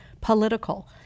political